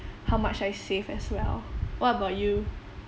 how much I save as well what about you